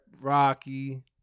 Rocky